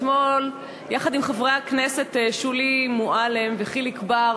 אתמול, יחד עם חברי הכנסת שולי מועלם וחיליק בר,